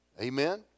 Amen